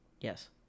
Yes